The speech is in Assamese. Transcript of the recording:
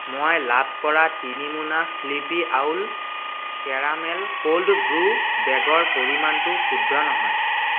মই লাভ কৰা তিনি মোনা sleepy owl caramel cold brew বেগৰ পৰিমাণটো শুদ্ধ নহয়